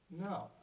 No